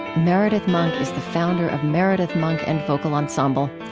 meredith monk is the founder of meredith monk and vocal ensemble.